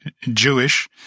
Jewish